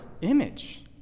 image